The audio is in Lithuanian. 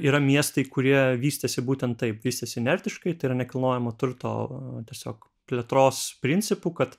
yra miestai kurie vystėsi būtent taip vystėsi inertiškai tai yra nekilnojamo turto tiesiog plėtros principu kad